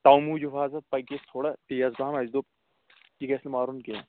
تَوٕے موٗجوٗب ہَسا پٔکۍ أسۍ تھوڑا تیز پَہَم اَسہِ دوٚپ یہِ گژھِ نہٕ مَرُن کینٛہہ